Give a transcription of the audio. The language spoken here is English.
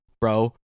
bro